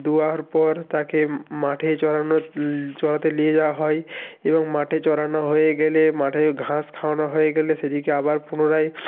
দুয়ার পর তাকে মাঠে চরানো চরাতে নিয়ে যাওয়া হয় এবং মাঠে চরানো হয়ে গেলে মাঠে ঘাস খাওয়ানো হয়ে গেলে সেদিকে আবার পুনরায়